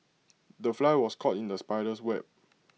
the fly was caught in the spider's web